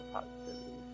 positivity